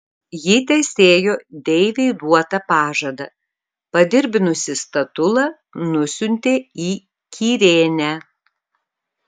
ji tesėjo deivei duotą pažadą padirbdinusi statulą nusiuntė į kirėnę